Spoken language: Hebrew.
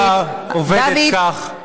השיטה עובדת כך, דוד.